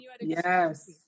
yes